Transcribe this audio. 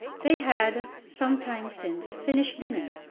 they had, some time since, finished dinner,